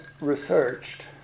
researched